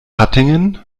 hattingen